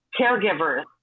caregivers